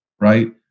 Right